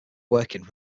working